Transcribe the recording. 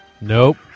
nope